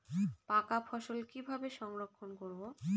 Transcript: পাকা ফসল কিভাবে সংরক্ষিত করব?